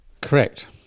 Correct